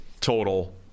total